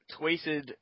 tweeted